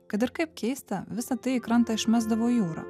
kad ir kaip keista visa tai į krantą išmesdavo jūra